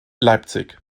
leipzig